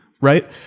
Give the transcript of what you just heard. Right